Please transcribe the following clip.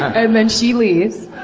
and then she leaves.